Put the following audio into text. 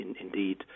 indeed